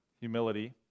humility